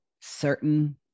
certain